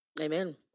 amen